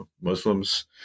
Muslims